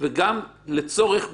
למה שבע?